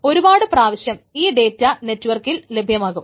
ഒരുപാട് പ്രാവശ്യം ഈ ഡേറ്റ നെറ്റ്വർക്കിൽ ലഭ്യമാകും